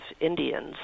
Indians